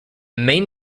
main